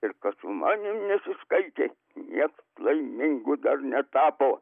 ir kas su manim nesiskaitė nieks laimingu dar netapo